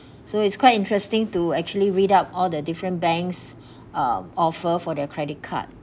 so it's quite interesting to actually read up all the different banks uh offer for their credit card